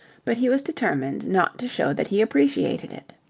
but he was determined not to show that he appreciated it.